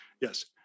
Yes